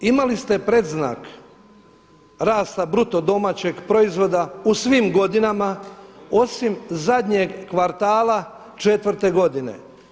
Imali ste predznak rasta BDP-a u svim godinama osim zadnjeg kvartala četvrte godine.